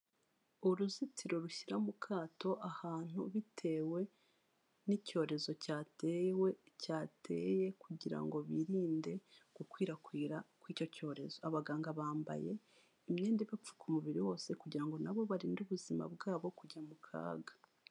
Uruzitiro rushyira mu kato ahantu bitewe n'icyorezo cyatewe cyateye, kugira ngo birinde gukwirakwira kw'icyo cyorezo, abaganga bambaye imyenda ibapfuka umubiri wose kugira ngo nabo barinde ubuzima bwabo kujya mu kaga.